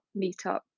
meetup